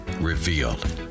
revealed